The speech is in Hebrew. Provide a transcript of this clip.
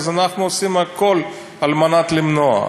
אנחנו עושים הכול כדי למנוע.